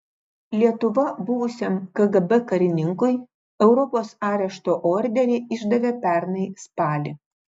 lietuva buvusiam kgb karininkui europos arešto orderį išdavė pernai spalį